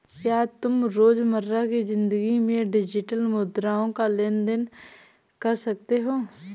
क्या तुम रोजमर्रा की जिंदगी में डिजिटल मुद्राओं का लेन देन कर सकते हो?